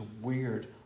weird